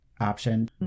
option